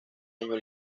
año